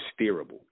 steerable